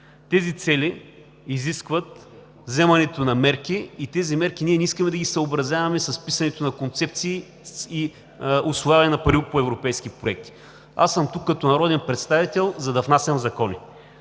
Тези цели изискват вземането на мерки. Тези мерки ние не искаме да ги съобразяваме с писането на концепции и усвояването на пари по европейски проекти. Аз съм тук като народен представител, за да внасям закони